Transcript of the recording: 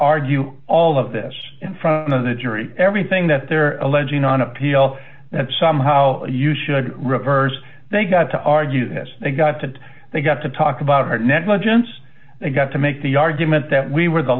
argue all of this in front of the jury everything that they're alleging on appeal that somehow you should reverse they got to argue that they got to they've got to talk about her negligence they've got to make the argument that we were the